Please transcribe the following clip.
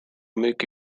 müüki